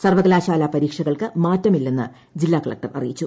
സർവ്വകലാശാലാ പരീക്ഷകൾക്ക് മാറ്റമില്ലെന്ന് ജില്ലാകളക്ടർ അറിയിച്ചു